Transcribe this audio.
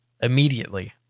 immediately